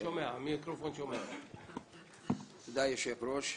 תודה היושב-ראש,